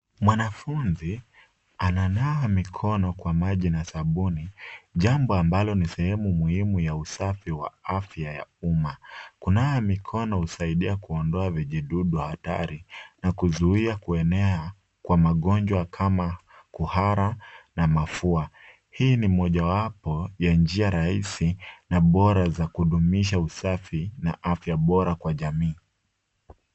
Mwanafunzi ananawa mikono kwa maji na sabuni, jambo ambalo ni sehemu muhimu ya usafi wa afya ya umma. Kunawa mikono husaidia kuondoa vijidudu hatari na kuzuia kuenea kwa magonjwa kama kuhara na mafua. Hii mojawapo ya njia rahisi na bora za kudumisha usafi na afya bora kwa jamii.